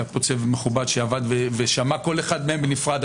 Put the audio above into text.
היה פה צוות מכובד שעבד ושמע כל אחד מהם בנפרד.